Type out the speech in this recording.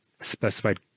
specified